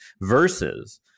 versus